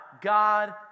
God